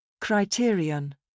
Criterion